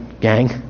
gang